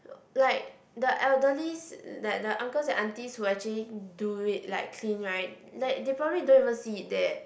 like the elderlies like the uncles and aunties who actually do it like clean right like they probably don't even see it there